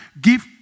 Give